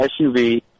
SUV